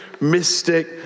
mystic